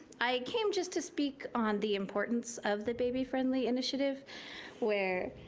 i came just to speak on the importance of the baby-friendly initiative where,